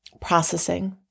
processing